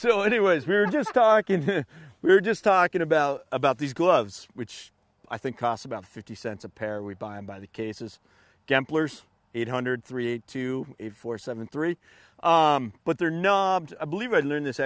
it was we're just talking we were just talking about about these gloves which i think cost about fifty cents a pair we buy and buy the cases gamblers eight hundred three eight two four seven three but there are no i believe i learned this